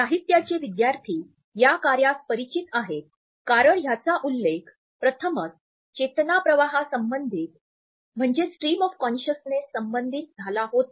साहित्याचे विद्यार्थी या कार्यास परिचित आहेत कारण ह्याचा उल्लेख प्रथमच चेतना प्रवाहा संबंधित झाला होता